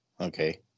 okay